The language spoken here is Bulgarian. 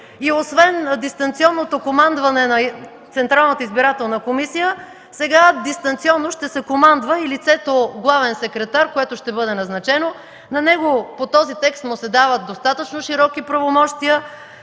Освен дистанционното командване на Централната избирателна комисия, сега дистанционно ще се командва и лицето главен секретар, което ще бъде назначено. На него по този текст му се дават достатъчно широки правомощия,